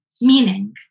Meaning